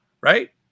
Right